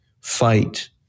fight